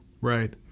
Right